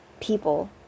people